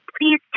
please